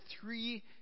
three